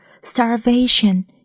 starvation